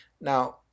Now